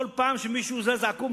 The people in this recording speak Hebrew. כל פעם שמישהו זז עקום,